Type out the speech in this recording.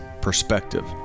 perspective